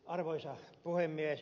arvoisa puhemies